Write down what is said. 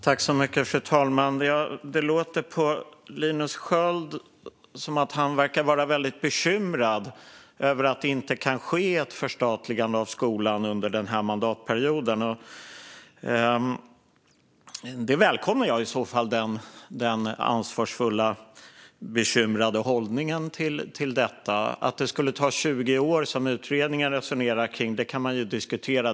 Fru talman! Det låter på Linus Sköld som om han är väldigt bekymrad över att det inte kan ske ett förstatligande av skolan under den här mandatperioden. Jag välkomnar i så fall den ansvarsfulla och bekymrade hållningen. Utredningen resonerar kring att det skulle ta 20 år.